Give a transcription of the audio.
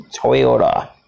Toyota